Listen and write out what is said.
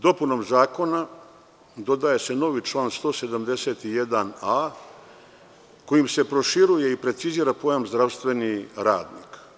Dopunom zakona dodaje se novi član 171a, kojim se proširuje i precizira pojam „zdravstveni radnik“